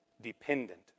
dependent